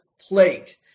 plate